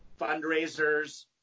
fundraisers